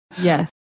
Yes